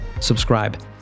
subscribe